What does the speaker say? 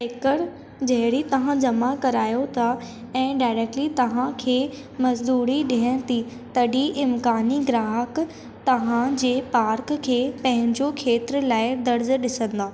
हेकर जहिड़ी तव्हां जमा करायो था ऐं डायरेक्टली तव्हांखे मज़दूरी ॾियनि थी तॾहिं इम्कानी ग्राहक तव्हांजे पार्क खे पंहिंजे खेत्र लाइ दर्ज ॾिसंदा